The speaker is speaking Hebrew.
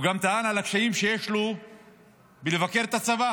הוא טען גם על הקשיים שיש לו בלבקר את הצבא